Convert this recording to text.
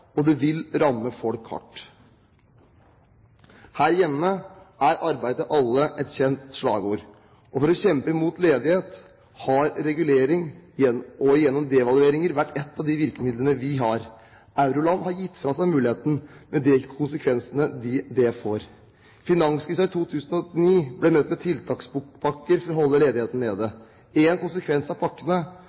og det vil ramme folk hardt. Her hjemme er arbeid til alle et kjent slagord. For å kjempe mot ledighet har regulering gjennom devalueringer vært ett av de virkemidlene vi har. Euroland har gitt fra seg muligheten, med de konsekvensene det får. Finanskrisen i 2009 ble møtt med tiltakspakker for å holde ledigheten nede. En konsekvens av pakkene